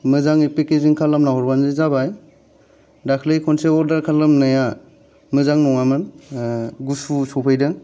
मोजाङै पेकेजिं खालामनानै हरब्लानो जाबाय दाखालि खनसे अर्डार खालामनाया मोजां नङामोन गुसु सफैदों